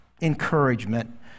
encouragement